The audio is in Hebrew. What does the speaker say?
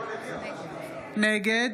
נגד